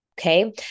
Okay